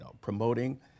promoting